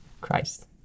Christ